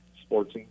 sports